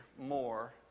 more